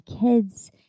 kids